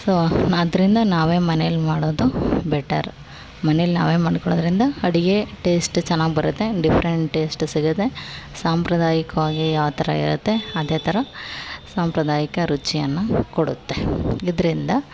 so ಅದರಿಂದ ನಾವೇ ಮನೆಯಲ್ಲಿ ಮಾಡೋದು ಬೆಟರ್ ಮನೆಯಲ್ಲಿ ನಾವೇ ಮಾಡ್ಕೊಳೋದರಿಂದ ಅಡುಗೆ ಟೇಸ್ಟ್ ಚೆನ್ನಾಗ್ ಬರುತ್ತೆ ಡಿಫ್ರೆಂಟ್ ಟೇಸ್ಟ್ ಸಿಗುತ್ತೆ ಸಾಂಪ್ರದಾಯಿಕವಾಗಿ ಯಾವ ಥರ ಇರುತ್ತೆ ಅದೇ ಥರ ಸಾಂಪ್ರದಾಯಿಕ ರುಚಿಯನ್ನು ಕೊಡುತ್ತೆ ಇದರಿಂದ